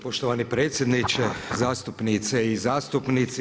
Poštovani predsjedniče, zastupnice i zastupnici.